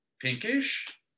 pinkish